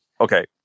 okay